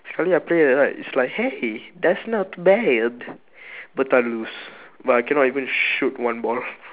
suddenly I play like it's like hey that's not too bad but I lose but I cannot even shoot one ball